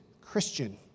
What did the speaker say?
Christian